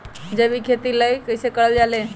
जैविक खेती कई से करल जाले?